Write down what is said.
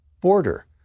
border